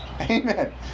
Amen